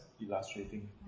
illustrating